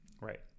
right